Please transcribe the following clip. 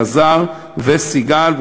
אלעזר וסיגל,